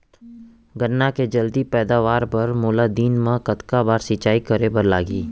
गन्ना के जलदी पैदावार बर, मोला दिन मा कतका बार सिंचाई करे बर लागही?